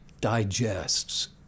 digests